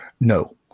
No